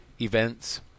events